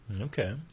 Okay